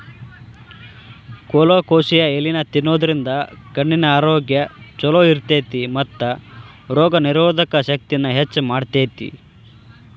colocasia ಎಲಿನಾ ತಿನ್ನೋದ್ರಿಂದ ಕಣ್ಣಿನ ಆರೋಗ್ಯ್ ಚೊಲೋ ಇರ್ತೇತಿ ಮತ್ತ ರೋಗನಿರೋಧಕ ಶಕ್ತಿನ ಹೆಚ್ಚ್ ಮಾಡ್ತೆತಿ